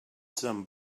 some